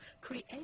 create